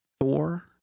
Thor